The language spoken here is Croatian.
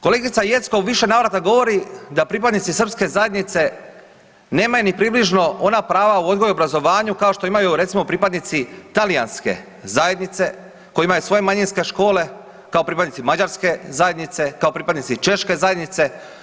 Kolegica Jeckov u više navrata govori da pripadnici srpske zajednice nemaju ni približno ona prava u odgoju i obrazovanju kao što imaju recimo pripadnici talijanske zajednice koji imaju svoje manjinske škole kao pripadnici mađarske zajednice, kao pripadnici češke zajednice.